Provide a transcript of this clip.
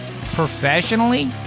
Professionally